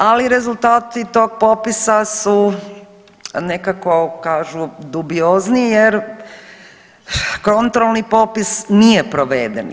Ali rezultati tog popisa su nekako kažu dubiozni jer kontrolni popis nije proveden.